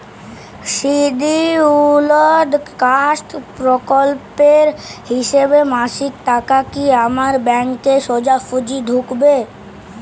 Scheduled caste প্রকল্পের হিসেবে মাসিক টাকা কি আমার ব্যাংকে সোজাসুজি ঢুকবে?